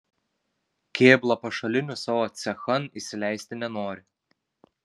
kėbla pašalinių savo cechan įsileisti nenori